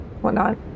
whatnot